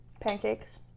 Pancakes